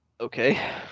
Okay